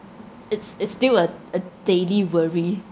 it's it's still a a daily worry